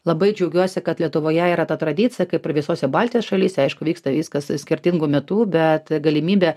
labai džiaugiuosi kad lietuvoje yra ta tradicija kaip ir visose baltijos šalyse aišku vyksta viskas skirtingu metu bet galimybė